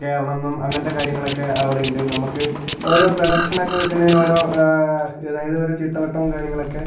കേറണമെന്നും അങ്ങനത്തെ കാര്യങ്ങളൊക്കെ അവിടെ ഉണ്ട് നമുക്ക് ഓരോ പ്രദക്ഷണം ഒക്കെ വെക്കുന്നതിന് ഓരോ അതായത് ഓരോ ചിട്ടവട്ടവും കാര്യങ്ങളൊക്കെ